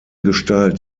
gestalt